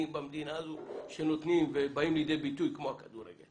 במדינה הזאת שבאים לידי ביטוי כמו הכדורגל.